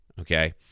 okay